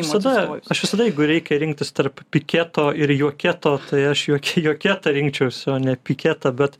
visada aš visada jeigu reikia rinktis tarp piketo ir juoketo tai aš juo juokietą rinkčiausi o ne piketą bet